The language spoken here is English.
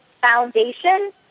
Foundation